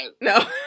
No